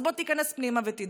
אז בוא תיכנס פנימה ותידבק.